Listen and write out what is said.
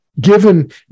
given